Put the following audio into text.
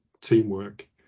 teamwork